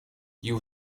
you